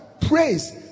praise